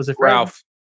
Ralph